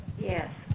Yes